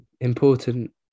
important